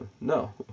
No